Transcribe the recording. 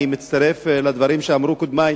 אני מצטרף לדברים שאמרו קודמי.